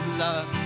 love